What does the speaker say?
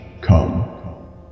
come